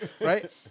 right